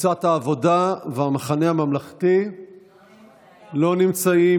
קבוצת העבודה והמחנה הממלכתי לא נמצאים.